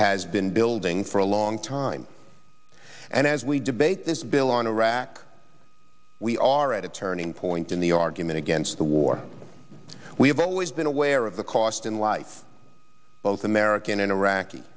has been building for a long time and as we debate this bill on iraq we are at a turning point in the argument against the war we have always been aware of the cost in lives both american and iraqi